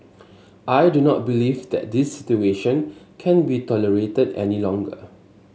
I do not believe that this situation can be tolerated any longer